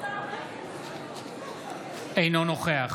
אינו נוכח